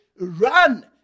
run